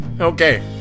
Okay